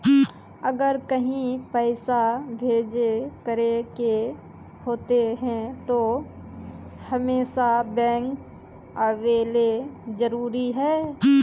अगर कहीं पैसा भेजे करे के होते है तो हमेशा बैंक आबेले जरूरी है?